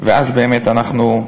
ואז באמת אנחנו,